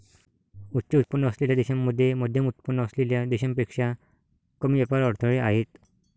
उच्च उत्पन्न असलेल्या देशांमध्ये मध्यमउत्पन्न असलेल्या देशांपेक्षा कमी व्यापार अडथळे आहेत